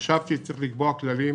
חשבתי שצריך לקבוע כללים